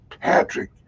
Patrick